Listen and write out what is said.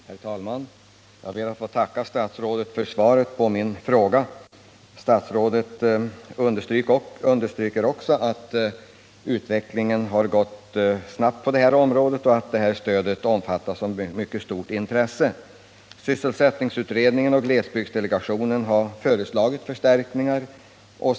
Herr talman! Jag ber att få tacka statsrådet för svaret på min fråga. Också statsrådet understryker att utvecklingen har gått snabbt på det här området och att stödet har omfattats av ett mycket stort intresse. Såsom sägs i svaret har sysselsättningsutredningen och glesbygdsdelegationen föreslagit förstärkningar av stödet.